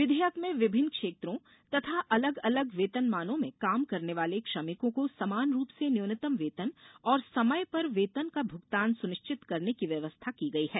विधेयक में विभिन्न क्षेत्रों तथा अलग अलग वेतनमानों में काम करने वाले श्रमिकों को समान रूप से न्यूनतम वेतन और समय पर वेतन का भुगतान सुनिश्चित करने की व्यवस्था की गयी है